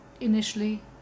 initially